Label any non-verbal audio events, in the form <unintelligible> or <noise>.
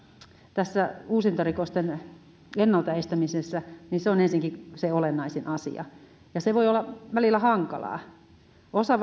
tässä uusintarikosten ennalta estämisessä se on ensinnäkin se olennaisin asia ja se voi olla välillä hankalaa osa <unintelligible>